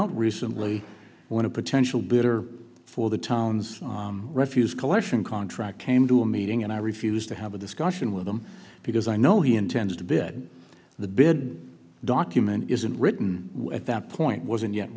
out recently when a potential bitter for the town's refuse collection contract came to a meeting and i refused to have a discussion with him because i know he intends to bed the bid document isn't written at that point wasn't yet